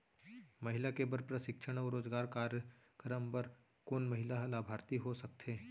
महिला के बर प्रशिक्षण अऊ रोजगार कार्यक्रम बर कोन महिला ह लाभार्थी हो सकथे?